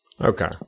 Okay